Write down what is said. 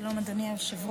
שלום, אדוני היושב-ראש.